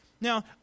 Now